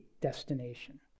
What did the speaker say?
destination